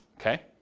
okay